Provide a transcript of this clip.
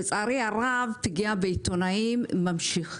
לצערי הרב פגיעה בעיתונאים ממשיכה.